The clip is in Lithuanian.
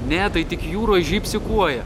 ne tai tik jūroj žybsi kuoja